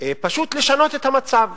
פשוט לשנות את המצב